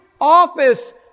office